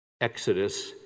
Exodus